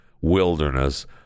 wilderness